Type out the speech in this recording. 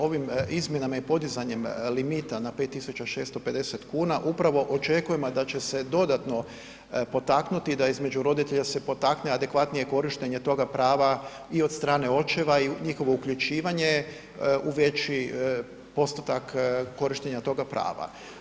Ovim izmjenama i podizanjem limita na5.650 kuna upravo očekujemo da će se dodatno potaknuti da između roditelja se potakne adekvatnije korištenje toga prava i od strane očeva i njihovo uključivanje u veći postotak korištenja toga prava.